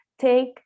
Take